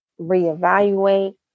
reevaluate